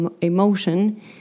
emotion